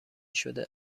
شده